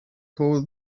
call